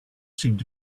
seemed